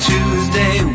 Tuesday